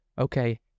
okay